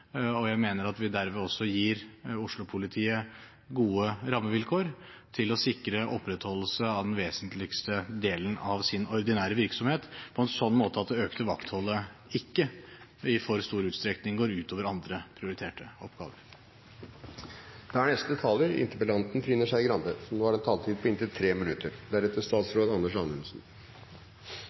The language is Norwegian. og jeg mener at vi derved også gir Oslo-politiet gode rammevilkår til å sikre opprettholdelse av den vesentligste delen av sin ordinære virksomhet på en sånn måte at det økte vaktholdet ikke i for stor utstrekning går ut over andre prioriterte oppgaver. Det virker som om dette blir en debatt bare mellom meg og statsråden. Jeg syns dette er et viktig tema, og det angår veldig mange. Da